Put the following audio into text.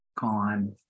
gone